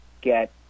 get